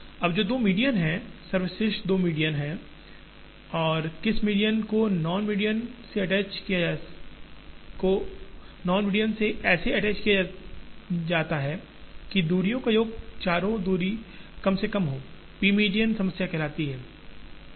अब जो दो मीडियन हैं सर्वश्रेष्ठ दो मीडियनहैं और किस मीडियन को नॉन मीडियन से ऐसे अटैच किया जाता है ताकि दूरीयो का योग चारों दूरी कम से कम हो पी मीडियन समस्या कहलाती है